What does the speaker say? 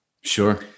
sure